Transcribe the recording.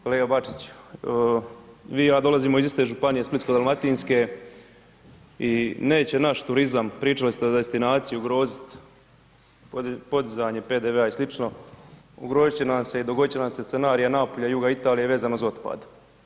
Kolega Bačiću, vi i ja dolazimo iz iste županije, Splitsko-dalmatinske i neće naš turizam, pričali ste o destinaciji, ugrozit podizanje PDV-a i slično, ugrozit će nam se i dogodit će nam se scenarij Napulja i juga Italije vezano za otpad.